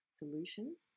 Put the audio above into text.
solutions